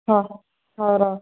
ହଁ ହଉ ରହ